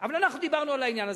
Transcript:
אבל אנחנו דיברנו על העניין הזה,